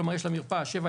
כלומר יש לה מרפאה 7/24,